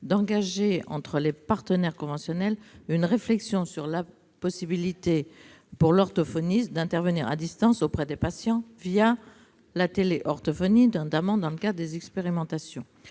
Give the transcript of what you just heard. d'engager entre les partenaires conventionnels une réflexion sur la possibilité pour l'orthophoniste d'intervenir à distance auprès des patients la téléorthophonie, d'abord dans le cadre d'expérimentations.